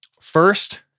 first